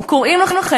קוראים לכם,